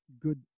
good